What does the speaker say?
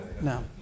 No